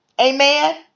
Amen